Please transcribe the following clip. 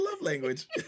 language